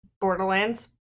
Borderlands